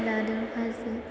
लादों हाजो